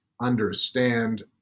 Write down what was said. understand